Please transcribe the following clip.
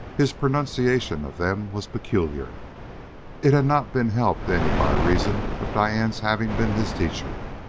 his pronunciation of them was peculiar it had not been helped any by reason of diane's having been his teacher.